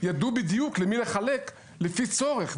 ידעו בדיוק למי לחלק לפי צורך,